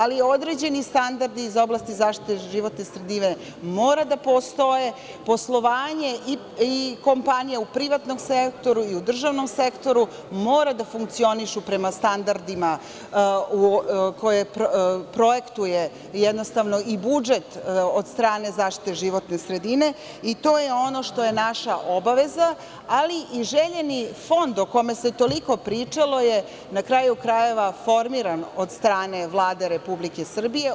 Ali, određeni standardi iz oblasti zaštite životne sredine mora da postoje, poslovanje, i kompanija u privatnom sektoru i u državnom sektoru, mora da funkcionišu prema standardima koje projektuje, jednostavno i budžet od strane zaštite životne sredine i to je ono što je naša obaveza, ali i željeni fond o kome se toliko pričalo je, na kraju krajeva, formiran od strane Vlade Republike Srbije.